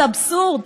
זה אבסורד.